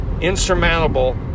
insurmountable